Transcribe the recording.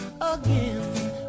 again